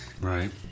Right